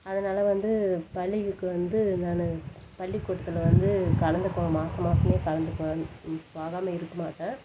அதனால வந்து பள்ளிக்கு வந்து நான் பள்ளிக்கூட்டத்தில் வந்து கலந்துக்குவேன் மாசம் மாசம் கலந்துக்குவேன் போகாமல் இருக்க மாட்டேன்